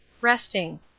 RESTING